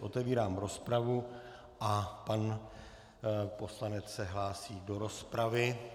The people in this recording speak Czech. Otevírám rozpravu a pan poslanec se hlásí do rozpravy.